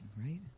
right